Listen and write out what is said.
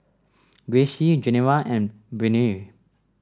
Gracie Geneva and Brittnie